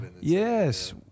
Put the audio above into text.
Yes